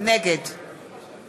נגד